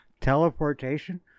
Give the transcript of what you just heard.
teleportation